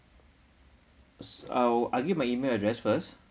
s~ I'll I give you my email address first